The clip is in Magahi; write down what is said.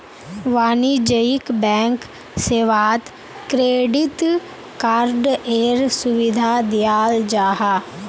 वाणिज्यिक बैंक सेवात क्रेडिट कार्डएर सुविधा दियाल जाहा